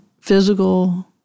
physical